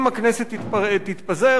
אם הכנסת תתפזר,